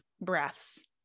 breaths